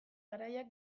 garaiak